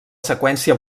seqüència